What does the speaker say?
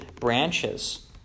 branches